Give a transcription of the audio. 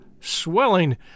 swelling